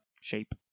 shape